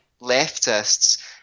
leftists